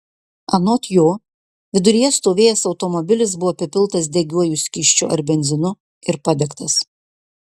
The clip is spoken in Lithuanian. anot jo viduryje stovėjęs automobilis buvo apipiltas degiuoju skysčiu ar benzinu ir padegtas